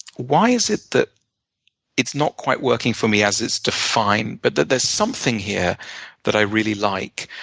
why is it that it's not quite working for me as it's defined, but that there's something here that i really like?